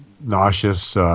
nauseous